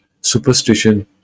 superstition